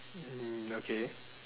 mm okay